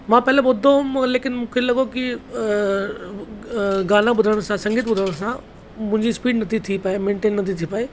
पहिरीं ॿुधो हुयमि लेकिन मूंखे लॻो की गाना ॿुधण सां संगीत ॿुधण सां मुंहिंजी स्पीड नथी थी पइ मेन्टेन नथी थी पइ